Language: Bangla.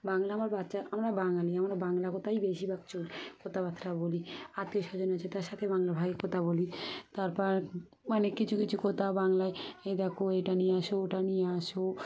বাংলা আমার বাচ্চা আমরা বাঙালি আমরা বাংলা কথাই বেশিরভাগ চলি কথাবার্তা বলি আত্মীয়স্বজন আছে তার সাথে বাংলা ভাবে কথা বলি তারপর অনেক কিছু কিছু কথা বাংলায় এ দেখো এটা নিয়ে আসো ওটা নিয়ে আসো